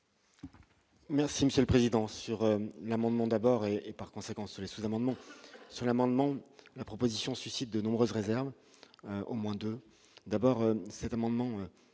Merci Monsieur le Président, sur l'amendement d'abord et, par conséquent, cela sous-amendements, sur l'amendement la proposition suscite de nombreuses réserves au moins 2 d'abord, cet amendement